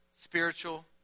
spiritual